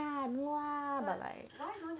!wah! no ah